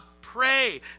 pray